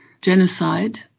genocide